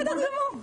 בסדר גמור.